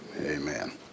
Amen